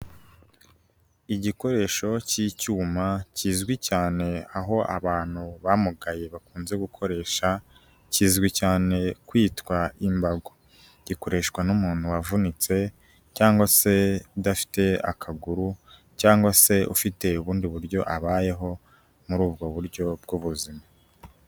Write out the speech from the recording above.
Igikoresho cy'icyuma kizwi cyane aho abantu bamugaye bakunze gukoresha, kizwi cyane kwitwa imbago. Gikoreshwa n'umuntu wavunitse cyangwa se udafite akaguru cyangwa se ufite ubundi buryo abayeho, muri ubwo buryo bw'ubuzima.